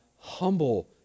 humble